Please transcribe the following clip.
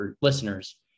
listeners